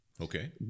Okay